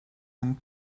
and